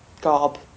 garb